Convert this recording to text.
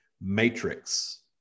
matrix